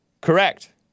Correct